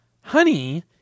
honey